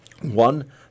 one